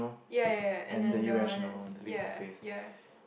ya ya ya and then the one is ya ya